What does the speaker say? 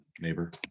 neighbor